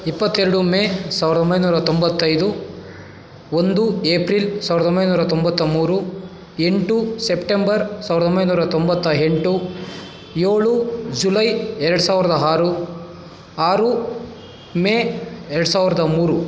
ಇಪ್ಪತ್ತೆರಡು ಮೇ ಸಾವಿರದ ಒಂಬೈನೂರ ತೊಂಬತ್ತೈದು ಒಂದು ಏಪ್ರಿಲ್ ಸಾವಿರದ ಒಂಬೈನೂರ ತೊಂಬತ್ತ ಮೂರು ಎಂಟು ಸೆಪ್ಟೆಂಬರ್ ಸಾವಿರದ ಒಂಬೈನೂರ ತೊಂಬತ್ತ ಎಂಟು ಏಳು ಜುಲೈ ಎರಡು ಸಾವಿರದ ಆರು ಆರು ಮೇ ಎರಡು ಸಾವಿರದ ಮೂರು